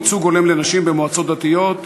ייצוג הולם לנשים במועצות דתיות),